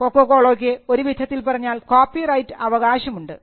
കൊക്കോകോളക്ക് ഒരുവിധത്തിൽ പറഞ്ഞാൽ കോപ്പിറൈറ്റ് അവകാശമുണ്ട്